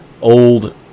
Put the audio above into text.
old